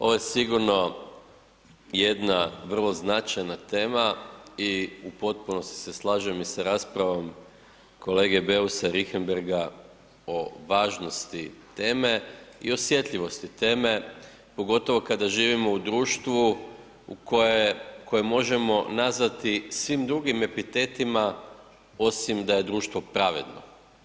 Ovo je sigurno jedna vrlo značajna tema i u potpunosti se slažem i sa raspravom kolegom Beusa Richembergha o važnosti teme i osjetljivosti teme pogotovo kada živimo u društvu koje možemo nazvati svim drugim epitetima osim da je društvo pravedno.